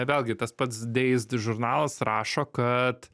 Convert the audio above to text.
vėlgi tas pats deizdi žurnalas rašo kad